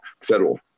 federal